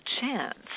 chance